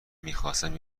میخواستم